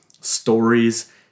stories